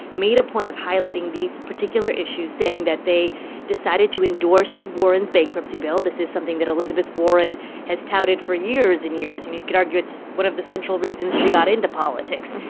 made a point of highlighting these particular issues, saying that they decided to endorse warren's bankruptcy bill. this is something that elizabeth warren has touted for years and years, and you could argue it's one of the central reasons she got into politics.